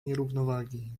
nierównowagi